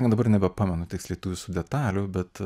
dabar nebepamenu tiksliai tų visų detalių bet